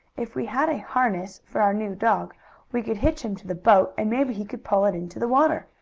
if we had a harness for our new dog we could hitch him to the boat, and maybe he could pull it into the water,